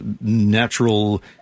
natural